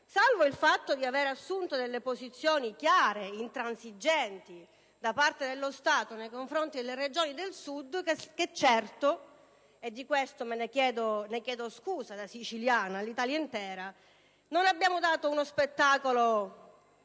salvo il fatto di avere assunto delle posizioni chiare e intransigenti rispetto al ruolo dello Stato nei confronti delle Regioni del Sud che certo - e di questo chiedo scusa, da siciliana, all'Italia intera - non hanno dato uno spettacolo